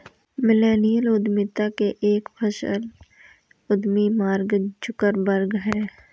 millennial उद्यमिता के एक सफल उद्यमी मार्क जुकरबर्ग हैं